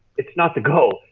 it's not the goal.